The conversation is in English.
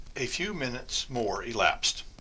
a few minutes more elapsed,